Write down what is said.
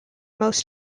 most